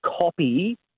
copy